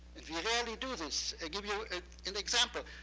and we rarely do this. i'll give you an example.